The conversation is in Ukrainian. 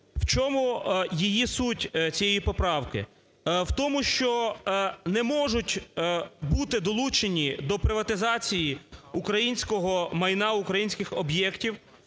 В чому її суть, цієї поправки. В тому, що не можуть бути долучені до приватизації українського майна, українських об'єктів